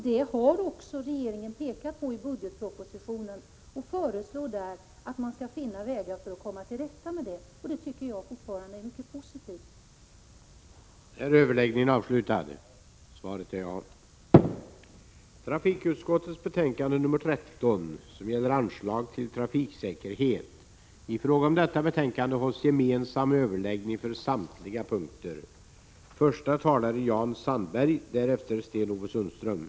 Detta har också regeringen pekat på i budgetpropositionen och föreslår där att man skall finna vägar för att komma till rätta med detta. Det tycker jag fortfarande är mycket positivt.